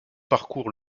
parcourt